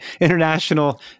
international